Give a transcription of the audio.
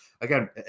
again